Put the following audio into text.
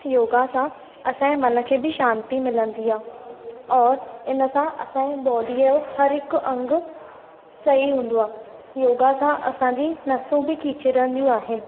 योगा सां असांजे मन खे बि शांती मिलंदी आहे और इन सां असांजी बॉडीअ जो हर हिक अंग सही हूंदो आहे योगा सां असांजी नसूं बि खिचजंदियूं आहिनि